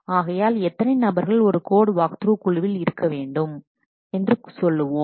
ஆகையால் எத்தனை நபர்கள் ஒரு கோட் வாக்த்ரூ குழுவில் இருக்க வேண்டும் என்று சொல்லுவோம்